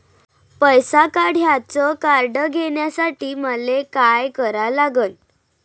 पैसा काढ्याचं कार्ड घेण्यासाठी मले काय करा लागन?